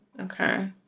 Okay